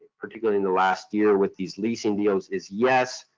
particularly in the last year with these leasing deals, is yes.